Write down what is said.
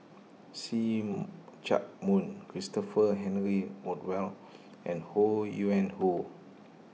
See Chak Mun Christopher Henry Rothwell and Ho Yuen Hoe